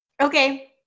Okay